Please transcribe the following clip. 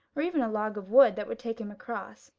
or even a log of wood, that would take him across.